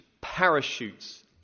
parachutes